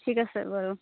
ঠিক আছে বাৰু